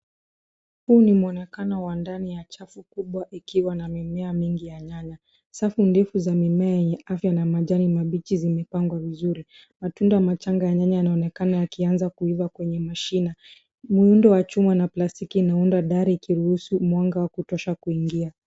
Huu ni mwonekano wa ndani ya chafu ikiwa na mimea mingi ya nyanya. Safu ndefu za mimea yenye afya na majani mabichi zimepangwa vizuri. Matunda machanga ya nyanya yanaonekana yakianza kuiva kwenye mashina. Muundo wa chuma na plastiki inaunda dari ikiruhusu mwanga wa kutosha kuingia.